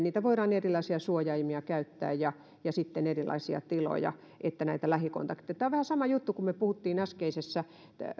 voidaan erilaisia suojaimia käyttää ja ja sitten erilaisia tiloja että näitä lähikontakteja vähennetään tämä on vähän sama juttu kuin se kun puhuimme äskeisessä